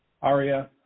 Aria